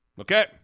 Okay